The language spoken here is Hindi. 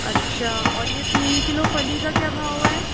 अच्छा और यह तीन किलो फली का क्या भाव है